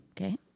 okay